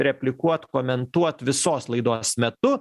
replikuot komentuot visos laidos metu